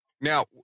Now